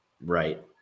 right